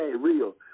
real